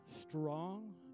strong